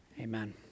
Amen